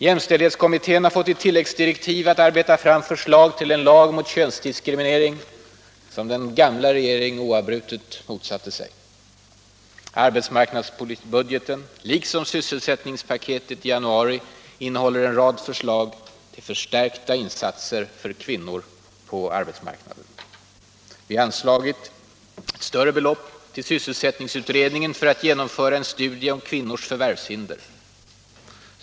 Jämställdhetskommittén har i tilläggsdirektiv fått uppdrag att arbeta fram förslag till en lag mot könsdiskriminering, som den gamla regeringen oavbrutet motsatte sig. Vi har anslagit större belopp till sysselsättningsutredningen för att genomföra en studie om kvinnors förvärvshinder.